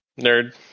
nerd